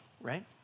Right